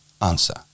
Answer